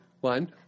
One